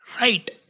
right